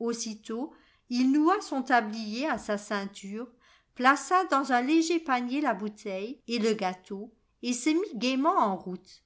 aussitôt il noua son tablier à sa ceiniurj plaça dans un léger panier la bouteille et le gâteau et se mit gaiement en route